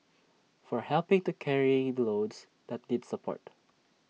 for helping to carrying loads that need support